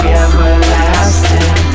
everlasting